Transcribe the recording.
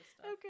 Okay